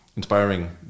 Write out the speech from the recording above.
inspiring